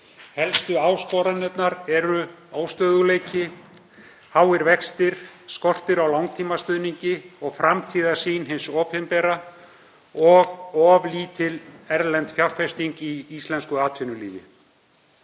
Helstu áskoranirnar eru óstöðugleiki, háir vextir, skortur á langtímastuðningi og framtíðarsýn hins opinbera og of lítil erlend fjárfesting í íslensku atvinnulífi.